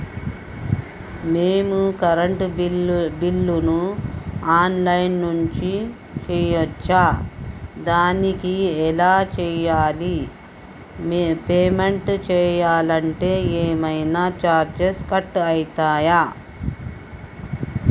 మేము కరెంటు బిల్లును online నుంచి చేయచ్చా? దానికి ఎలా చేయాలి? పేమెంట్ చేయాలంటే ఏమైనా చార్జెస్ కట్ అయితయా?